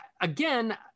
again